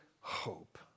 hope